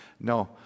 no